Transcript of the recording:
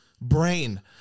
brain